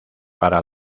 para